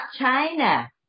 China